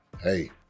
hey